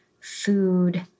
food